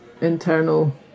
internal